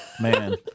man